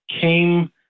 came